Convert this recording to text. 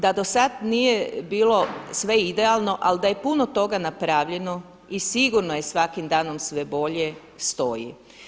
Da do sad nije bilo idealno, ali da je puno toga napravljeno i sigurno je svakim danom sve bolje stoji.